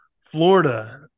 Florida